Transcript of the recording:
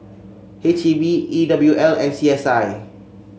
H E B E W L and C S I